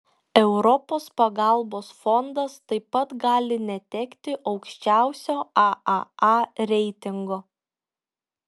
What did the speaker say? europos pagalbos fondas taip pat gali netekti aukščiausio aaa reitingo